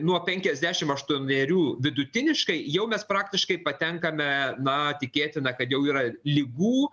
nuo penkiasdešim aštuonerių vidutiniškai jau mes praktiškai patenkame na tikėtina kad jau yra ligų